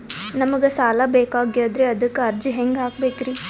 ನಮಗ ಸಾಲ ಬೇಕಾಗ್ಯದ್ರಿ ಅದಕ್ಕ ಅರ್ಜಿ ಹೆಂಗ ಹಾಕಬೇಕ್ರಿ?